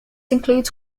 includes